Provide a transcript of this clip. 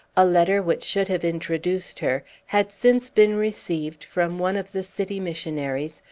a letter, which should have introduced her, had since been received from one of the city missionaries,